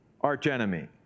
archenemy